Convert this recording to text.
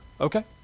okay